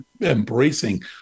embracing